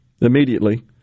immediately